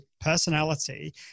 personality